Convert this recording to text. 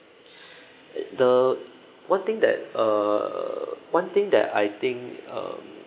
the one thing that uh one thing that I think um